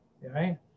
right